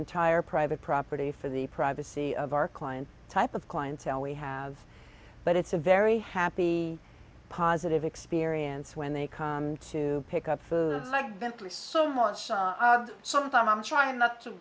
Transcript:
entire private property for the privacy of our client type of clientele we have but it's a very happy positive experience when they come to pick up foods i've been through so much so if i'm trying not to